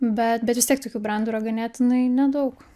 bet bet vis tiek tokių brendų yra ganėtinai nedaug